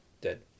Dead